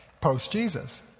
post-Jesus